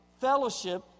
fellowship